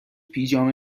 پیژامه